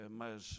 mas